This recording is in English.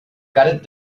gutted